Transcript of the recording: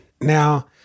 Now